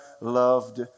loved